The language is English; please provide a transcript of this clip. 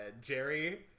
Jerry